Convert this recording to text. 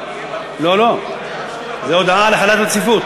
לא, לא, זו הודעה על החלת רציפות.